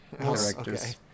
directors